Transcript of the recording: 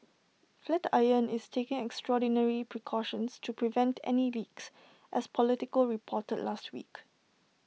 flatiron is taking extraordinary precautions to prevent any leaks as Politico reported last week